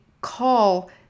call